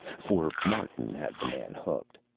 for martin had the man hooked.